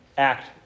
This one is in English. act